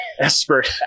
Expert